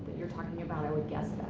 you're talking about. i would guess